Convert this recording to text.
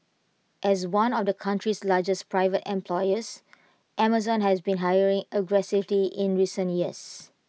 as one of the country's largest private employers Amazon has been hiring aggressively in recent years